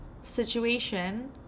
situation